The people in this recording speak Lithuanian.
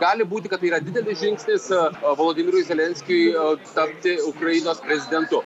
gali būti kad tai yra didelis žingsnis su volodymyrui zelenskiui tapti ukrainos prezidentu